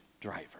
driver